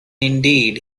indeed